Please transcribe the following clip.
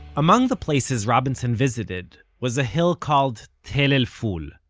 among the places robinson visited was a hill called tell el-ful.